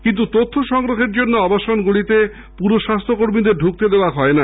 কিন্তু তথ্য সংগ্রহের জন্য আবাসনগুলিতে পুরকর্মীদের ঢুকতে দেওয়া হয় না